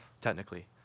technically